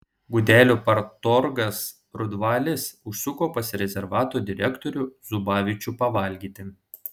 gudelių partorgas rudvalis užsuko pas rezervato direktorių zubavičių pavalgyti